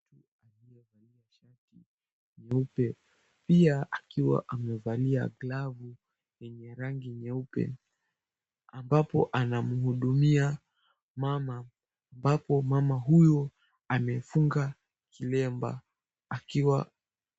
Aliyevalia shati nyeupe pia akiwa amevalia glavu yenye rangi nyeupe ambapo anamhudumia mama ambapo mama huyo amefunga kilemba akiwa...